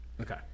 Okay